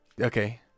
okay